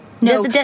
No